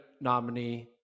nominee